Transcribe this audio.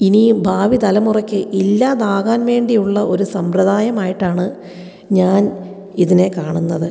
ഇനിയും ഭാവി തലമുറക്ക് ഇല്ലാതാകാൻ വേണ്ടി ഉള്ള ഒരു സമ്പ്രദായം ആയിട്ടാണ് ഞാൻ ഇതിനെ കാണുന്നത്